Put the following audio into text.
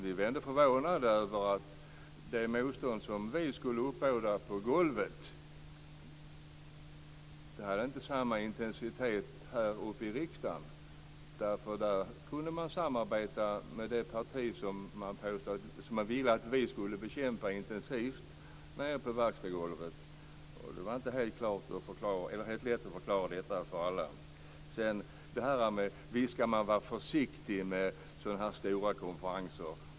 Vi var förvånade över att det motstånd som vi skulle uppbåda på golvet inte hade samma intensitet här uppe i riksdagen. Där kunde man samarbeta med det parti som man ville att vi skulle bekämpa intensivt nere på verkstadsgolvet. Det var inte helt lätt att förklara detta för alla. Visst ska man vara försiktig med stora konferenser.